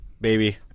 baby